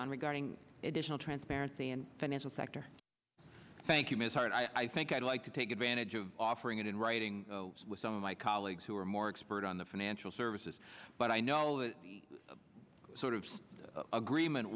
on regarding additional transparency and financial sector thank you ms hart i think i'd like to take advantage of off it in writing with some of my colleagues who are more expert on the financial services but i know the sort of agreement